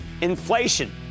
inflation